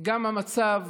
גם המצב